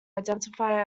identify